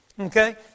Okay